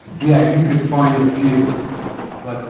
yeah you could find a few but